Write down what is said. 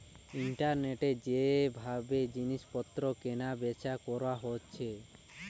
ইন্টারনেটে যে ভাবে জিনিস পত্র কেনা বেচা কোরা যাচ্ছে